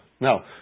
Now